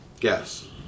Yes